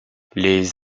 les